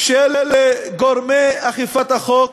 של גורמי אכיפת החוק.